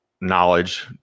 knowledge